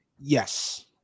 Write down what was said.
Yes